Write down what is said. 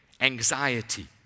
anxiety